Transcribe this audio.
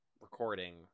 recording